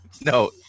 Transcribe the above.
No